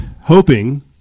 hoping